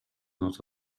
not